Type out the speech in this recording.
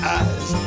eyes